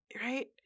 Right